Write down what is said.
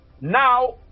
Now